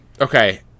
Okay